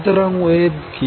সুতরাং ওয়েভ কি